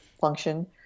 function